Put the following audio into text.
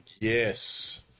Yes